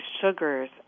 sugars